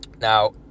Now